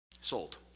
sold